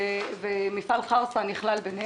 ומפעל חרסה נכלל בכך.